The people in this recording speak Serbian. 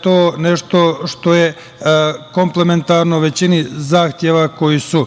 to je nešto što je komplementarno većini zahteva koji su